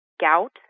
gout